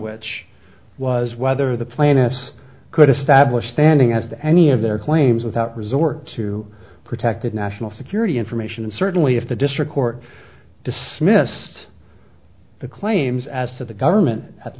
which was whether the plaintiff could establish standing as to any of their claims without resort to protect the national security information and certainly if the district court dismissed the claims as to the government at